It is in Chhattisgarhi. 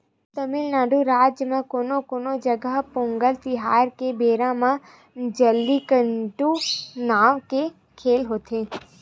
तमिलनाडू राज म कोनो कोनो जघा पोंगल तिहार के बेरा म जल्लीकट्टू नांव के खेल होथे